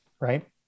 right